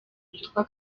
witwa